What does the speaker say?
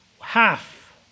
half